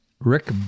rick